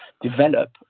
develop